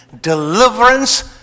deliverance